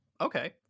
Okay